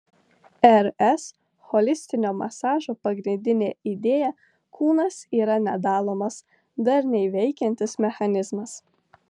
rs holistinio masažo pagrindinė idėja kūnas yra nedalomas darniai veikiantis mechanizmas